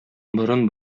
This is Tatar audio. борын